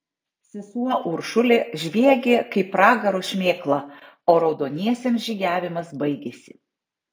sesuo uršulė žviegė kaip pragaro šmėkla o raudoniesiems žygiavimas baigėsi